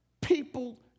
people